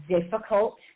difficult